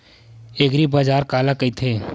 एग्रीबाजार काला कइथे?